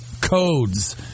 codes